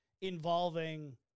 involving